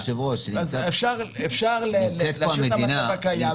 אז אפשר לאשר את המצב הקיים,